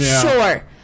Sure